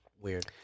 weird